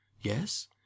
Yes